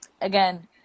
Again